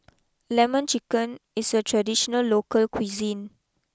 Lemon Chicken is a traditional local cuisine